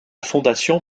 fondation